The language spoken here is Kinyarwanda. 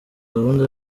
gahunda